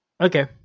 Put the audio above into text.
Okay